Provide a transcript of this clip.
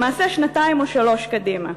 למעשה שנתיים או שלוש קדימה.